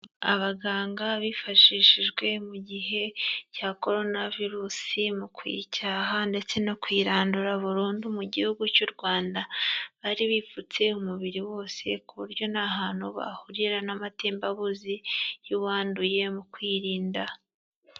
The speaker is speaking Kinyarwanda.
Abaganga bifashishijwe mu gihe cya korona virus mu kuyicyaha ndetse no kuyirandura burundu mu gihugu cy'u Rwanda. Bari bipfutse umubiri wose ku buryo nta hantu bahurira n'amatembabuzi y'uwanduye mu kwirinda.